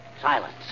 silence